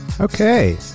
Okay